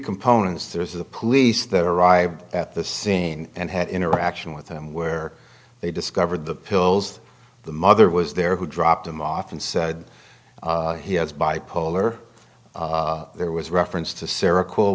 components there is the police that arrived at the scene and had interaction with him where they discovered the pills the mother was there who dropped him off and said he has bipolar there was reference to sarah